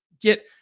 get